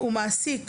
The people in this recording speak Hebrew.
"המעסיק